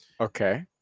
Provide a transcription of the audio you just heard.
Okay